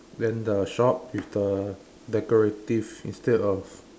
then the shop with the decorative instead of